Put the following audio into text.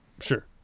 Sure